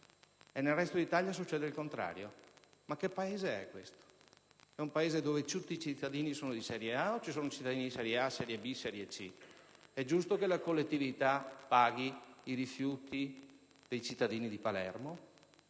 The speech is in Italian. nel resto d'Italia succede il contrario. Ma che Paese è questo? È un Paese dove tutti i cittadini sono di serie A, o ci sono cittadini di serie A, di serie B e serie C? È giusto che la collettività paghi per i rifiuti dei cittadini di Palermo,